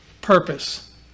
purpose